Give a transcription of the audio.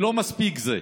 ולא מספיק זה,